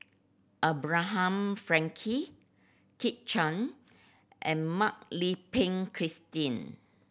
Abraham Frankel Kit Chan and Mak Lai Peng Christine